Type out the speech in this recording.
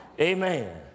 amen